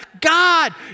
God